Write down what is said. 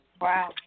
Wow